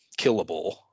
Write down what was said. killable